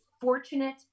fortunate